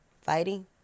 Fighting